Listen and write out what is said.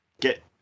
get